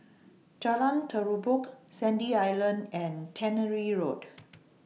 Jalan Terubok Sandy Island and Tannery Road